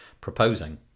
proposing